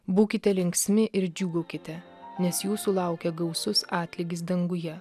būkite linksmi ir džiūgaukite nes jūsų laukia gausus atlygis danguje